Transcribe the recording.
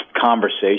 conversation